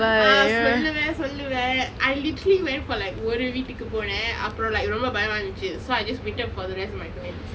ஆ சொல்லுவே சொல்லுவே:aa solluve solluve I literally went for like ஒரு வீட்டுக்கு போனேன் அப்புறம்:oru veetukku ponen appurom like ரொம்ப பயமா இருந்துச்சு:romba bayama irunthuchu so I just waited for the rest of my friends